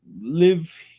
live